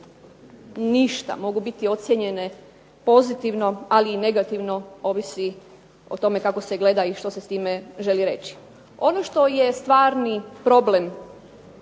ništa, mogu biti ocjenjene pozitivno ali i negativno ovisi o tome kako se gleda i što se s time želi reći. Ono što je stvarni problem